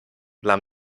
dla